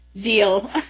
deal